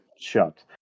shot